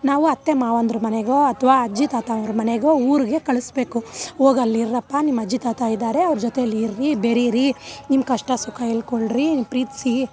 ನಾವು ಅತ್ತೆ ಮಾವಂದಿರ ಮನೆಗೋ ಅಥ್ವಾ ಅಜ್ಜಿ ತಾತ ಅವ್ರ ಮನೆಗೋ ಊರಿಗೆ ಕಳಿಸ್ಬೇಕು ಹೋಗಿ ಅಲ್ಲಿರ್ರಪ್ಪಾ ನಿಮ್ಮ ಅಜ್ಜಿ ತಾತ ಇದ್ದಾರೆ ಅವ್ರ ಜೊತೇಲಿ ಇರಿ ಬೆರಿರಿ ನಿಮ್ಮ ಕಷ್ಟ ಸುಖ ಹೇಳ್ಕೊಳ್ರಿ ಪ್ರೀತಿಸಿ